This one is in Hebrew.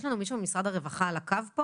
יש לנו מישהו ממשרד הרווחה על הקו?